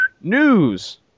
News